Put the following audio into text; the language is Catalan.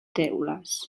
teules